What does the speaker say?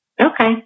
Okay